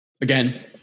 Again